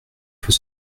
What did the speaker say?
faut